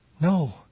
No